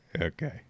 okay